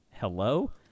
hello